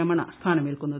Ramana സ്ഥാനമേൽക്കുന്നത്